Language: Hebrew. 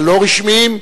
הלא-רשמיים,